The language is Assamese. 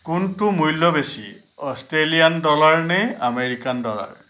কোনটোৰ মূল্য বেছি অষ্ট্ৰেলিয়ান ডলাৰ নে আমেৰিকান ডলাৰ